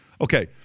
Okay